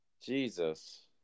Jesus